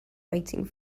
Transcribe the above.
waiting